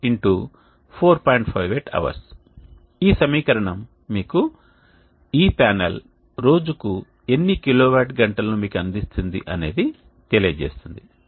58 hours ఈ సమీకరణం మీకు ఈ ప్యానెల్ రోజుకు ఎన్ని కిలోవాట్ గంటలను మీకు అందిస్తుంది అనేది తెలియజేస్తుంది